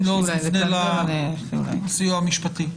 אם לא נפנה לסיוע המשפטי.